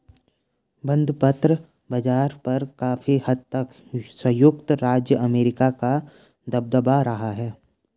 बंधपत्र बाज़ार पर काफी हद तक संयुक्त राज्य अमेरिका का दबदबा रहा है